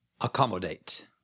Accommodate